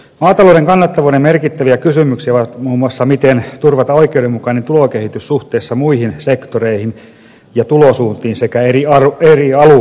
maatalouden kannattavuuden merkittäviä kysymyksiä ovat muun muassa miten turvata oikeudenmukainen tulokehitys suhteessa muihin sektoreihin ja tulosuuntiin sekä eri alueilla